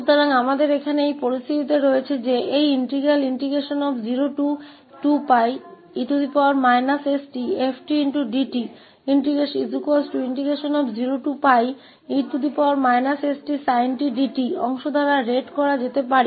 तो हमारे यहां यह स्थिति है कि यह अभिन्न 02𝜋e stfdt 0𝜋e stsin t dt जिसे फिर से भागों द्वारा एकीकृत किया जा सकता है